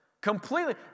Completely